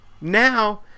now